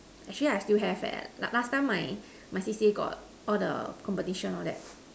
actually I still have eh last time my my C_C_A got all the competition all that